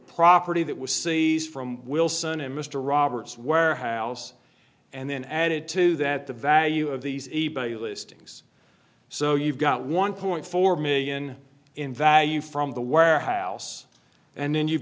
property that was seized from wilson and mr roberts warehouse and then added to that the value of these e bay listings so you've got one point four million in value from the warehouse and then you've